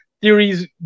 theories